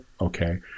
okay